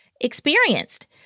experienced